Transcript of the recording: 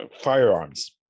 firearms